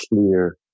clear